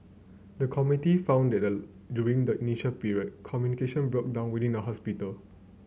the committee found that during the initial period communication broke down within the hospital